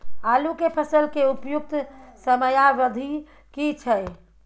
आलू के फसल के उपयुक्त समयावधि की छै?